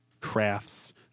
crafts